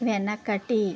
వెనకటి